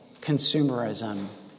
consumerism